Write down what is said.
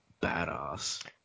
badass